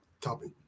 topic